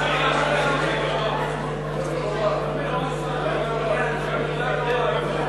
רבותי, אנחנו עוברים להצבעה.